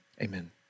Amen